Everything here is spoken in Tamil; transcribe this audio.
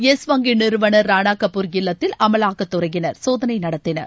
யெஸ் வங்கி நிறுவனர் ரானா கபூர் இல்லத்தில் அமலாக்கத்துறையினர் சோதனை நடத்தினர்